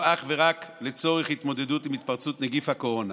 אך ורק לצורך התמודדות עם התפרצות נגיף הקורונה.